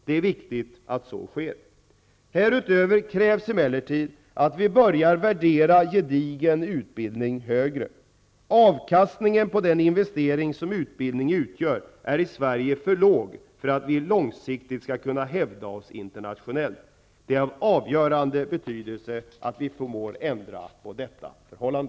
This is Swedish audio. Det är viktigt att så sker. Härutöver krävs emellertid att vi börjar värdera gedigen utbildning högre. Avkastningen på den investering som utbildning utgör är i Sverige för låg för att vi långsiktigt skall kunna hävda oss internationellt. Det är av avgörande betydelse att vi förmår ändra på detta förhållande.